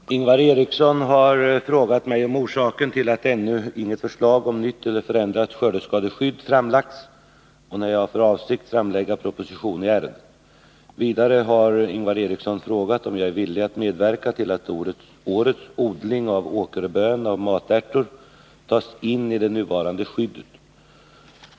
Herr talman! Ingvar Eriksson har frågat mig om orsaken till att ännu inget förslag om nytt eller förändrat skördeskadeskydd framlagts och när jag har för avsikt framlägga proposition i ärendet. Vidare har Ingvar Eriksson frågat om jag är villig att medverka till att årets odling av åkerböna och matärtor kan tas in i det nuvarande skyddet.